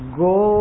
go